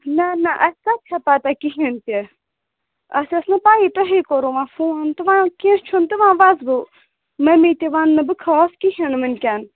نہ نہ اَسہِ کَتہِ چھا پَتہ کِہیٖنۍ تہِ اَسہِ ٲس نہٕ پَیی تۄہے کوٚروُ وۄنۍ فون تہٕ وۄنۍ کیٚنٛہہ چھُنہٕ تہٕ وۄنۍ وَسہٕ بہٕ مٔمی تہِ وَنہٕ نہٕ بہٕ خاص کِہیٖنۍ نہٕ وٕنۍکٮ۪ن